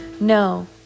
no